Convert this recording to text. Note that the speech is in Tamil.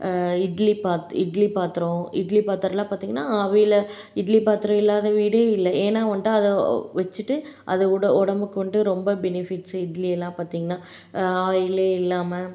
இட்லி பாத் இட்லி பாத்திரம் இட்லி பாத்திரம்லாம் பார்த்தீங்கன்னா அவில இட்லி பாத்திரம் இல்லாத வீடே இல்லை ஏன்னா வந்துட்டு அதை வச்சுட்டு அது உட உடம்புக்கு வந்துட்டு ரொம்ப பெனிஃபிட்ஸ் இட்லி எல்லாம் பார்த்தீங்கன்னா ஆயிலே இல்லாமல்